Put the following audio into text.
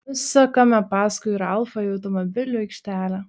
nusekame paskui ralfą į automobilių aikštelę